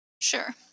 Sure